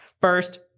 first